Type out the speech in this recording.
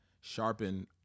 sharpen